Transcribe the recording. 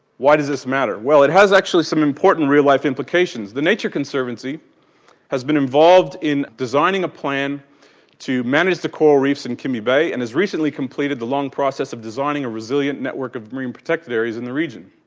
why does this matter? well, it has actually some important real life implications. the nature conservancy has been involved in designing a plan to manage the coral reefs reefs in kimby bay and has recently completed the long process of designing a resilient network of marine protected areas in the region.